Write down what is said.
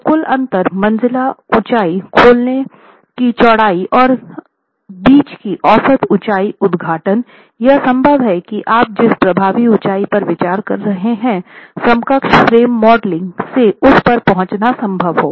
तो कुल अंतर मंजिला ऊंचाई खोलने की चौड़ाई और बीच की औसत ऊंचाई उद्घाटन यह संभव है कि आप जिस प्रभावी ऊंचाई पर विचार कर रहे हैं समकक्ष फ्रेम मॉडलिंग से उस पर पहुंचना संभव है